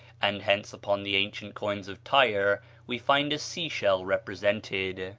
and hence upon the ancient coins of tyre we find a sea-shell represented.